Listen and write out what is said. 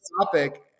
topic